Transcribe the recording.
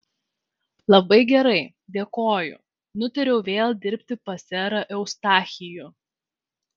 labai gerai dėkoju nutariau vėl dirbti pas serą eustachijų